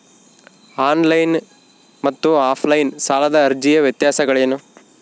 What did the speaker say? On line ಮತ್ತು offline ಸಾಲದ ಅರ್ಜಿಯ ವ್ಯತ್ಯಾಸಗಳೇನು?